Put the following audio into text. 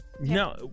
no